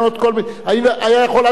הוא היה יכול עד הבוקר לענות,